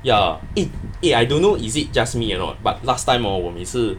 ya eh eh I don't know is it just me a not but last time hor 我每次